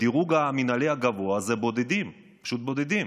בדירוג המינהלי הגבוה זה בודדים, פשוט בודדים.